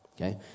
okay